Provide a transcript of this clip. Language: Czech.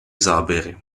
záběry